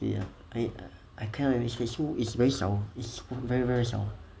I I kinda remember it's very sour it's very very sour